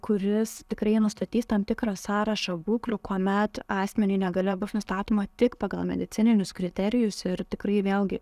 kuris tikrai nustatys tam tikrą sąrašą būklių kuomet asmeniui negalia bus nustatoma tik pagal medicininius kriterijus ir tikrai vėlgi